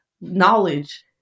knowledge